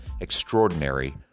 extraordinary